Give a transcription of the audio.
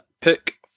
pick